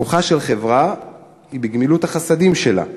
כוחה של חברה היא בגמילות החסדים שבה.